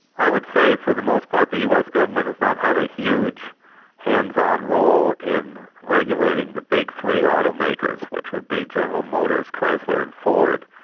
i would say for the most part, the us government has not had a huge hands-on role in regulating the big three auto makers, which would be general motors, chrysler, and ford.